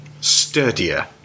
sturdier